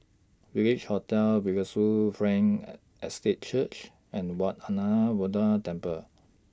Village Hotel Bethesda Frankel Estate Church and Wat Temple